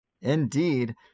Indeed